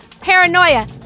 paranoia